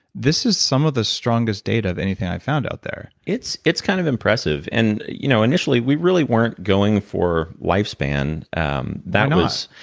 this is some of the strongest data of anything i've found out there it's it's kind of impressive. and you know initially, we really weren't going for lifespan. um that was